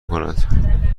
کند